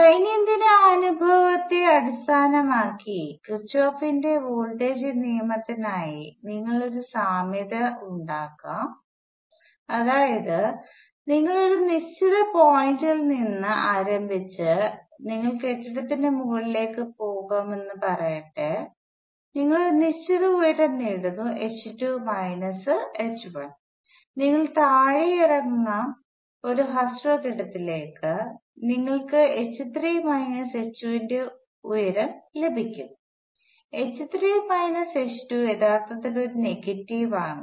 ദൈനംദിന അനുഭവത്തെ അടിസ്ഥാനമാക്കി കിർചോഫിന്റെ വോൾട്ടേജ് നിയമത്തിനായി നിങ്ങൾക് ഒരു സാമ്യത ഉണ്ടാക്കാം അതായത് നിങ്ങൾ ഒരു നിശ്ചിത പോയിന്റിൽ നിന്ന് ആരംഭിച്ച് നിങ്ങൾ കെട്ടിടത്തിന് മുകളിലേക്ക് പോകുമെന്ന് പറയട്ടെ നിങ്ങൾ ഒരു നിശ്ചിത ഉയരം നേടുന്നു h2 മൈനസ് എച്ച്1 നിങ്ങൾ താഴേക്കിറങ്ങാം ഒരു ഹ്രസ്വ കെട്ടിടത്തിലേക്ക് നിങ്ങൾക്ക് h3 മൈനസ് h2 ന്റെ ഉയരം ലഭിക്കും h3 മൈനസ് h2 യഥാർത്ഥത്തിൽ ഒരു നെഗറ്റീവ് ആണ്